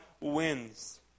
wins